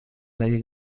lejek